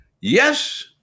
Yes